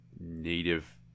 native